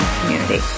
community